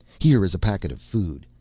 here is a packet of food.